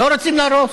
לא רוצים להרוס.